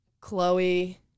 Chloe